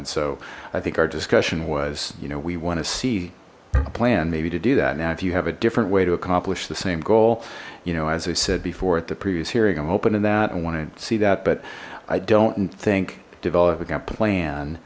and so i think our discussion was you know we want to see a plan maybe to do that now if you have a different way to accomplish the same goal you know as i said before at the previous hearing i'm hoping to that and want to see that but i don't think developing a plan